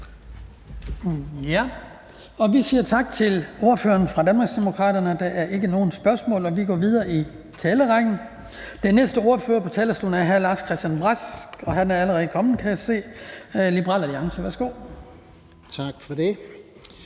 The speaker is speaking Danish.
Vi siger tak til ordføreren fra Danmarksdemokraterne. Der er ikke nogen spørgsmål, og vi går videre i talerrækken. Den næste ordfører på talerstolen er hr. Lars-Christian Brask fra Liberal Alliance. Værsgo. Kl.